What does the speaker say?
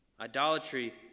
Idolatry